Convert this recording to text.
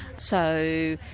so,